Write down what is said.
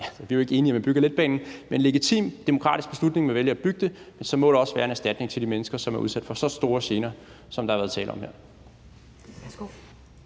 Vi er jo ikke enige i, at man skulle bygge letbanen, men det er helt i orden og en legitim demokratisk beslutning, at man vælger at bygge den. Men så må der også være en erstatning til de mennesker, som er udsat for store gener, som der har været tale om her.